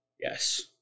Yes